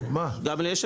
מה יש לך בסעיף 29?